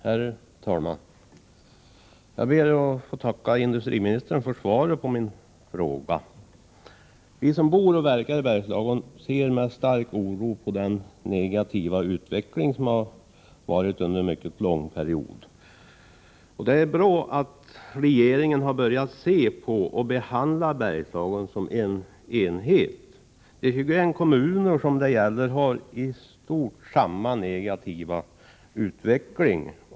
Herr talman! Jag ber att få tacka industriministern för svaret på min fråga. Vi som bor och verkar i Bergslagen ser med stark oro på den negativa utveckling som har varit rådande under en mycket lång period. Det är bra att regeringen har börjat se på och behandla Bergslagen som en enhet. De kommuner som det gäller har i stort samma negativa utveckling.